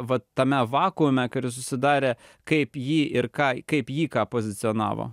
va tame vakuume kuris susidarė kaip jį ir ką kaip jį ką pozicionavo